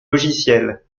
logiciels